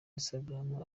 instagram